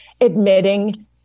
admitting